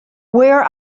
where